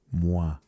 Moi